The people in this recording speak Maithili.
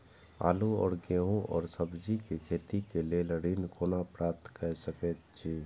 आलू और गेहूं और सब्जी के खेती के लेल ऋण कोना प्राप्त कय सकेत छी?